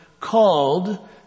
called